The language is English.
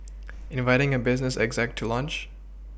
inviting a business exec to lunch